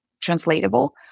translatable